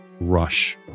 rush